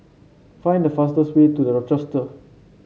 find the fastest way to The Rochester